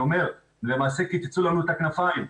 למעשה קיצצו לנו את הכנפיים.